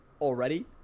already